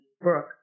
Brooke